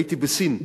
הייתי בסין,